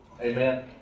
Amen